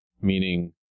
meaning